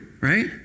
right